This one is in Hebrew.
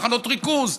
מחנות ריכוז,